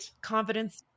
confidence